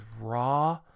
raw